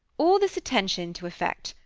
all this attention to effect,